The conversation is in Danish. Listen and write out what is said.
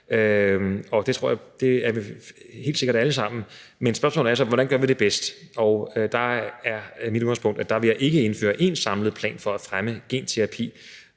patienter, og det er vi helt sikkert alle sammen. Men spørgsmålet er så: Hvordan gør vi det bedst? Og der er mit udgangspunkt, at der vil jeg ikke indføre én samlet plan for at fremme genterapi,